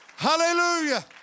Hallelujah